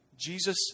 Jesus